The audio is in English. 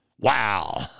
wow